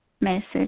message